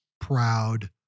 proud